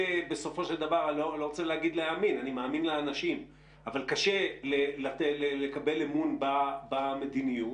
אני מאמין לאנשים קשה לקבל אמון במדיניות,